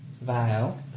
vial